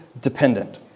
dependent